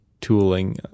tooling